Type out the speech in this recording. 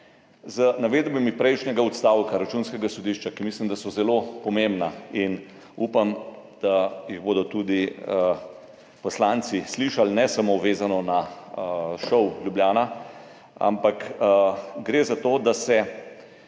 Z navedbami prejšnjega odstavka Računskega sodišča, ki mislim, da so zelo pomembna, in upam, da jih bodo tudi poslanci slišali ne samo vezano na ŠOU Ljubljana, ampak gre za to, da te